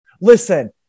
listen